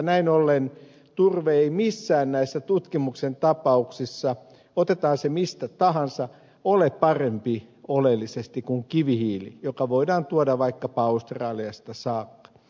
näin ollen turve ei ole missään näissä tutkimuksen tapauksissa otetaan se mistä tahansa oleellisesti parempi kuin kivihiili joka voidaan tuoda vaikkapa australiasta saakka